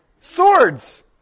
Swords